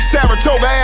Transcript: Saratoga